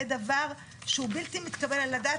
זה דבר שהוא בלתי מתקבל על הדעת,